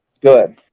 Good